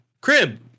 Crib